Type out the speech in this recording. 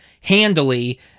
handily